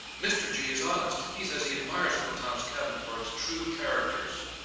mr. g. is honest, he says he admires uncle tom's cabin for its true characters.